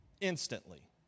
Instantly